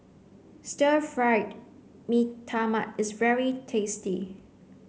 stir fried Mee Tai Mak is very tasty